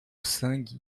sangue